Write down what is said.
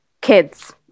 kids